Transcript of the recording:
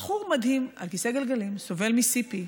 בחור מדהים על כיסא גלגלים, סובל מ-CP.